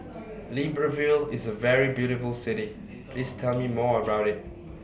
Libreville IS A very beautiful City Please Tell Me More about IT